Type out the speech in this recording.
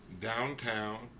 downtown